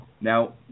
now